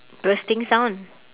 bursting sound